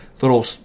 little